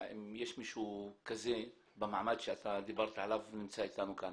אם יש מישהו כזה במעמד שאתה דיברת עליו שנמצא איתנו כאן.